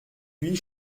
huit